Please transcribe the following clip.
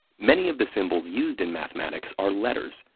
many of the symbols used in mathematics are letters,